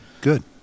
good